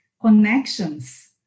connections